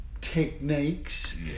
techniques